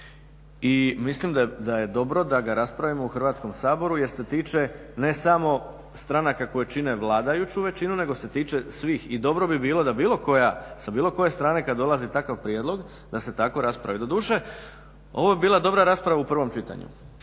i mislim da je dobro da ga raspravimo u Hrvatskom saboru jer se tiče ne samo stranaka koje čine vladajuću većinu nego se tiče svih i dobro bi bilo da bilo koja, sa bilo koje strane kad dolazi takav prijedlog da se tako raspravi. Doduše ovo bi bila dobra raspravu prvom čitanju,